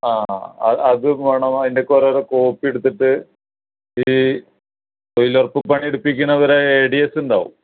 ആ അ അതും വേണം അതിന്റെ ഒക്കെ ഓരോ ഓരോ കോപ്പി എട്ത്തിട്ട് ഈ തൊഴിലുറപ്പ് പണി എടുപ്പിക്കുന്നവരെ ഏ ഡി എസ് ഉണ്ടാവും